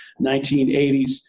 1980s